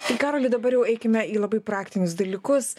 tai karoli dabar jau eikime į labai praktinius dalykus